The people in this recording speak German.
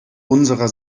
unserer